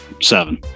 Seven